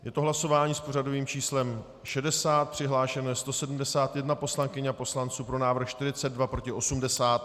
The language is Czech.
Je to hlasování s pořadovým číslem 60, přihlášeno je 171 poslankyň a poslanců, pro návrh 42, proti 80.